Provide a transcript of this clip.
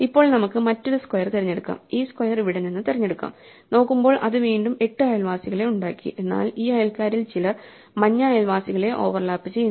ഇപ്പോൾ നമുക്ക് മറ്റൊരു സ്ക്വയർ തിരഞ്ഞെടുക്കാം ഈ സ്ക്വയർ ഇവിടെ നിന്ന് തിരഞ്ഞെടുക്കാം നോക്കുമ്പോൾ അത് വീണ്ടും 8 അയൽവാസികളെ ഉണ്ടാക്കി എന്നാൽ ഈ അയൽക്കാരിൽ ചിലർ മഞ്ഞ അയൽവാസികളെ ഓവർലാപ്പ് ചെയ്യുന്നു